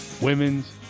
women's